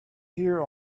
here